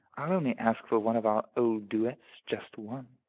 i'll only ask for one of our old duets, just one.